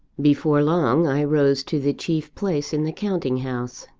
before long, i rose to the chief place in the counting-house.